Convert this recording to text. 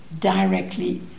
directly